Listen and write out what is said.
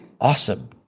awesome